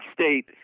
State